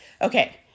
Okay